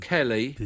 Kelly